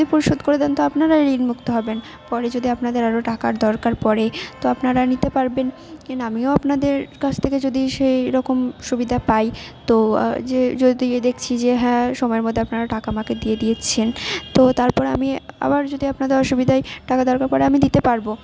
টাকাটা যদি পুরো শোধ করে দেন তো আপনারাই ঋণ মুক্ত হবেন পরে যদি আপনাদের আরও টাকার দরকার পরে তো আপনারা নিতে পারবেন এন আমিও আপনাদের কাছ থেকে যদি সেই রকম সুবিধা পাই তো যে যদি দেখছি যে হ্যাঁ সময়ের মধ্যে আপনারা টাকা আমাকে দিয়ে দিচ্ছেন তো তারপরে আমি আবার যদি আপনাদের অসুবিধায় টাকার দরকার পরে আমি দিতে পারবো